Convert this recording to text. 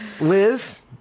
liz